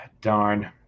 darn